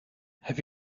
have